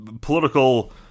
political